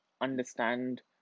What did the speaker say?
understand